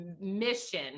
mission